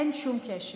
אין שום קשר.